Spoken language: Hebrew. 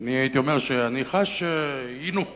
אני הייתי אומר שאני חש אי-נוחות